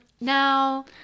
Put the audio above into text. now